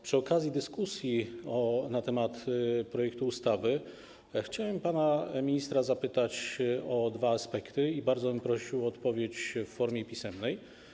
Przy okazji dyskusji na temat projektu ustawy chciałem pana ministra zapytać o dwa aspekty i bardzo bym prosił o odpowiedź w formie pisemnej.